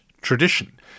tradition